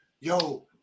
yo